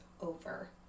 over